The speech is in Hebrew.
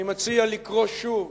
אני מציע לקרוא שוב,